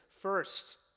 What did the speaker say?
first